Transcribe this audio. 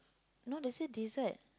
no they say dessert